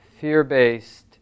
fear-based